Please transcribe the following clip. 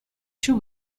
two